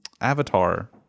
Avatar